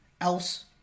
else